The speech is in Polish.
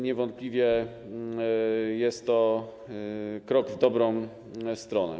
Niewątpliwie jest to krok w dobrą stronę.